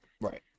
right